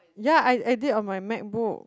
ya I I did on my MacBook